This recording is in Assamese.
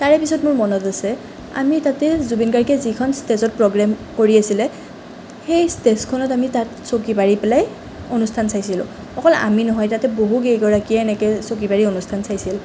তাৰ পিছত মোৰ মনত আছে আমি তাতে জুবিন গাৰ্গে যিখন ষ্টেজত প্ৰগ্ৰেম কৰি আছিলে সেই ষ্টেজখনত আমি তাত চকী পাৰি পেলাই অনুষ্ঠান চাইছিলোঁ অকল আমি নহয় তাতে বহু কেইগৰাকীয়ে এনেকৈ চকী পাৰি অনুষ্ঠান চাইছিল